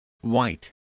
white